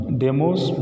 demos